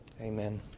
Amen